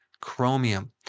chromium